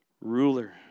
ruler